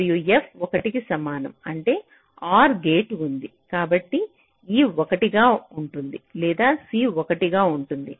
మరియు f 1 కి సమానం అంటే OR గేట్ ఉంది కాబట్టి e 1 గా ఉంటుంది లేదా c 1 గా ఉంటుంది